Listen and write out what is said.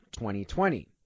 2020